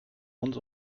uns